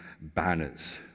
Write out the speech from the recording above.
banners